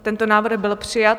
Tento návrh byl přijat.